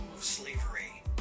slavery